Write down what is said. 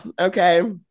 Okay